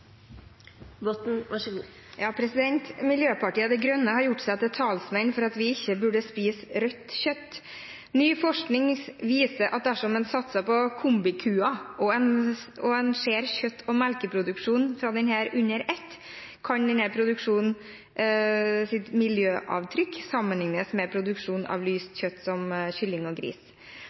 for at vi ikke burde spise rødt kjøtt. Ny forskning viser at dersom en satser på kombikua og ser kjøtt- og melkeproduksjon fra denne under ett, kan denne produksjonens miljøavtrykk sammenlignes med produksjon av lyst kjøtt, som fra kylling og gris.